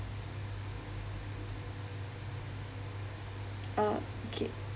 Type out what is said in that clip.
okay